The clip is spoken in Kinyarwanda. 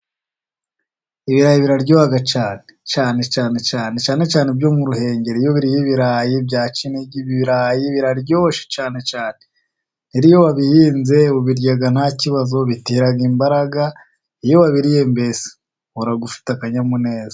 Ibirayi biraryoha cyane ,cyane cyane cyane cyane ibyo mu Ruhengeri ibirayi bya Kinigi, ibirayi biraryoshye cyane cyane iyo wabihinze ubirya ntakibazo bitera imbaraga ,iyo wabiriye mbese uhora ufite akanyamuneza.